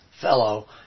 fellow